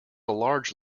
large